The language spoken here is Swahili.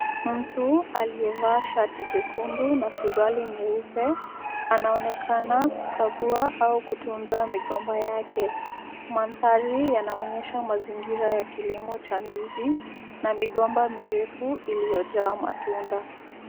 Mtu aliyevaa shati jekundu na suruali nyeupe anaonekana kukagua au kutunza migomba yake. Mandhari yanaonyesha mazingira ya kilimo cha ndizi na migomba mirefu iliyojaa matunda.